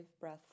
breath